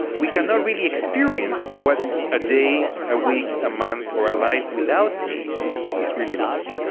we cannot really experience what a day, a week, a month or a life without taste is really like.